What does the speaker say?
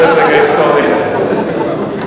זה רגע היסטורי באמת.